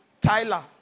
Tyler